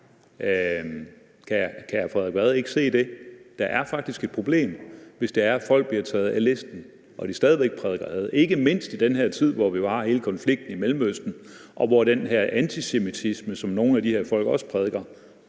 Kan hr. Frederik Vad ikke se det? Der er faktisk et problem, hvis folk bliver taget af listen, mens de stadig væk prædiker had, ikke mindst i denne her tid, hvor vi jo har hele konflikten i Mellemøsten, og hvor den her antisemitisme, som nogle af de her folk også prædiker,